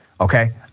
okay